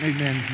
Amen